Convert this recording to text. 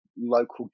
local